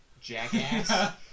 jackass